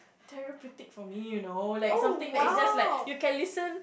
therapeutic for me you know like something that is just like you can listen